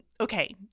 Okay